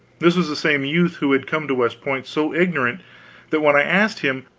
this was the same youth who had come to west point so ignorant that when i asked him,